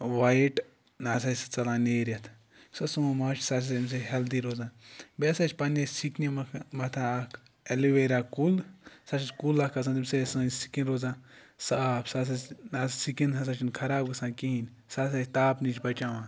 white نہ ہَسا چھِ ژَلان نیٖرِتھ یُس ہَسا سومو ماچھ سُہ ہَسا ییٚمہِ سۭتۍ ہٮ۪لدی روزان بیٚیہِ ہَسا چھِ پنٛنہِ سِکنہِ مَتھ مَتھان اَکھ اٮ۪لو ویرا کُل سُہ ہَسا چھِ کُل اَکھ آسان تیٚمہِ سۭتۍ أسۍ سٲنۍ سِکِن روزان صاف سُہ ہَسا چھِ نہ سِکِن ہَسا چھُنہٕ خراب گژھان کِہیٖنۍ سُہ ہَسا چھِ تاپ نِش بَچاوان